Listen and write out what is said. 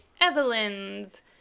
Evelyn's